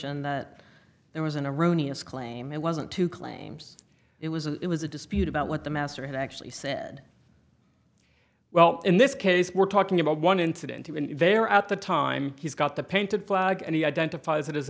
n that there was an iranian sql aim it wasn't two claims it was a it was a dispute about what the master had actually said well in this case we're talking about one incident there at the time he's got the painted flag and he identifies it as